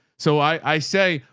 so i say,